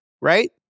right